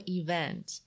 event